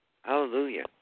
Hallelujah